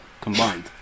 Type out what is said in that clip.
combined